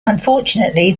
unfortunately